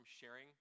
sharing